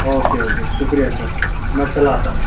okay okay شُکریہ sir میں کل آتا ہوں